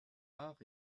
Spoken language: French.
art